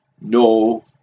no